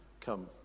come